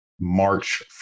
March